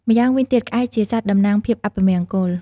ម្យ៉ាងវិញទៀតក្អែកជាសត្វតំណាងភាពអពមង្គល។